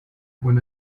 when